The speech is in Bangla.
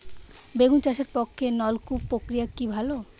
বেগুন চাষের পক্ষে নলকূপ প্রক্রিয়া কি ভালো?